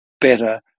better